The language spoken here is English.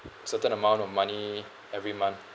certain amount of money every month